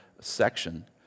section